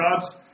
God's